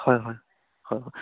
হয় হয় হয় হয়